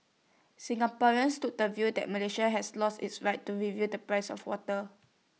Singaporeans took the view that Malaysia has lost its right to review the price of water